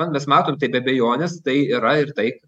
na mes matom tai be abejonės tai yra ir tai